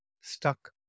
stuck